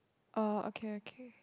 oh okay okay